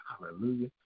hallelujah